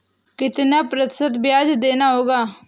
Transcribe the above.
कितना प्रतिशत ब्याज देना होगा?